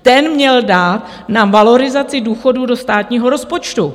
Ten měl dát na valorizaci důchodů do státního rozpočtu.